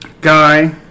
Guy